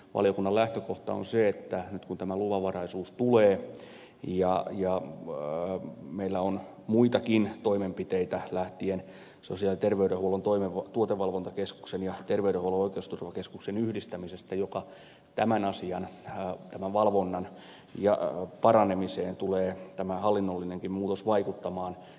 valiokunnan lähtökohta on se että kun nyt tämä luvanvaraisuus tulee ja meillä on muitakin toimenpiteitä lähtien sosiaali ja terveydenhuollon tuotevalvontakeskuksen ja terveydenhuollon oikeusturvakeskuksen yhdistämisestä niin tämän valvonnan paranemiseen tulee tämä hallinnollinenkin muutos vaikuttamaan